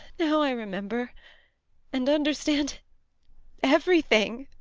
now i remember and understand everything.